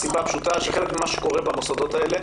שחלק ממה שקורה במוסדות האלה,